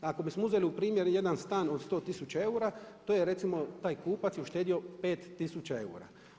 Ako bismo uzeli u primjer jedan stan od 100 tisuća eura to je recimo, taj kupac je uštedio 5 tisuća eura.